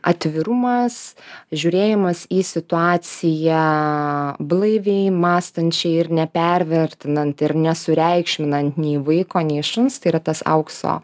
atvirumas žiūrėjimas į situaciją blaiviai mąstančiai ir nepervertinant ir nesureikšminant nei vaiko nei šuns tai yra tas aukso